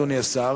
אדוני השר,